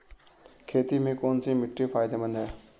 खेती में कौनसी मिट्टी फायदेमंद है?